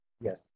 Yes